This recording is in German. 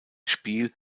spiel